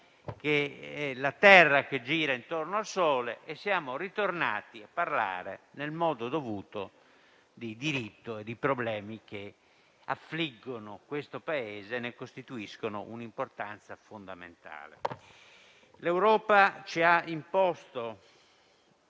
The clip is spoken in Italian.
che è la terra che gira intorno al sole e siamo ritornati a parlare nel modo dovuto di diritto e di problemi che affliggono questo Paese e rivestono al suo interno un'importanza fondamentale. L'Europa ci ha imposto